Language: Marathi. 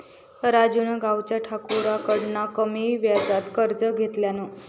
राजून गावच्या ठाकुराकडना कमी व्याजात कर्ज घेतल्यान